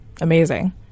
amazing